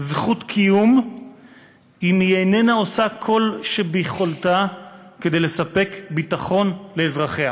זכות קיום אם היא איננה עושה כל שביכולתה כדי לספק ביטחון לאזרחיה.